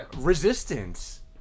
resistance